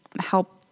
help